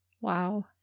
Wow